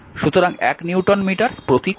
সুতরাং এক newton metre প্রতি কুলম্ব